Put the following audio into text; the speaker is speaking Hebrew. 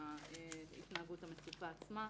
להתנהגות המצופה עצמה,